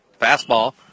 Fastball